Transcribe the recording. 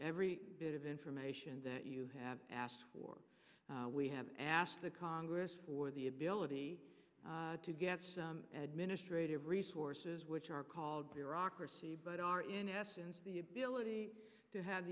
every bit of information that you have asked for we have asked the congress for the ability to get administrative resources which are called bureaucracy but are in essence the ability to